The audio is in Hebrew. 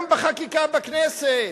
אז הוו מתונים גם בחקיקה בכנסת.